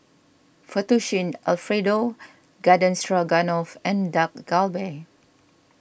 Fettuccine Alfredo Garden Stroganoff and Dak Galbi